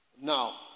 Now